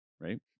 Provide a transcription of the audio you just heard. right